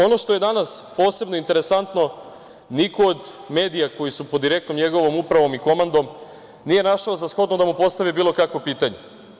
Ono što je danas posebno interesantno, niko od medija koji su pod direktnom njegovom upravom i komandom nije našao za shodno da mu postavi bilo kakvo pitanje.